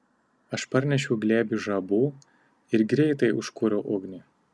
aš parnešiau glėbį žabų ir greitai užkūriau ugnį